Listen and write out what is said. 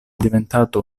diventato